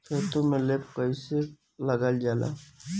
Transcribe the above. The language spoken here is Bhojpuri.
खेतो में लेप कईसे लगाई ल जाला?